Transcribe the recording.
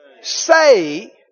say